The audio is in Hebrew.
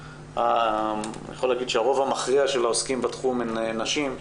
אני יכול להגיד שהרוב המכריע של העוסקים בתחום הן נשים,